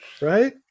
right